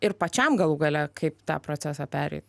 ir pačiam galų gale kaip tą procesą pereit